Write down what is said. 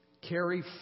carry